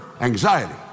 anxiety